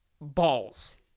balls